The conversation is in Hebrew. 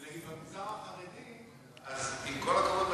ובמגזר החרדי, עם כל הכבוד לגברים,